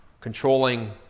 controlling